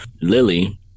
Lily